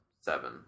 seven